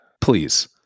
Please